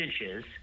inches